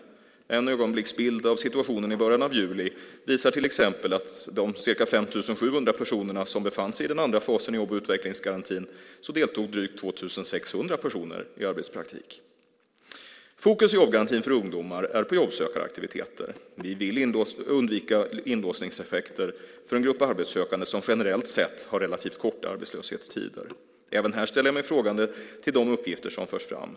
En ögonblicksbild av situationen i början av juli visar till exempel att av de ca 5 700 personerna som befann sig i den andra fasen i jobb och utvecklingsgarantin så deltog drygt 2 600 personer i arbetspraktik. Fokus i jobbgarantin för ungdomar är på jobbsökaraktiviteter. Vi vill undvika inlåsningseffekter för en grupp arbetssökande som generellt sett har relativt korta arbetslöshetstider. Även här ställer jag mig frågande till de uppgifter som förs fram.